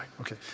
okay